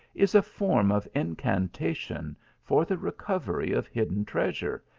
is a form of incantation for the recovery of hidden treasure,